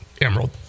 Emerald